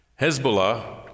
Hezbollah